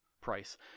price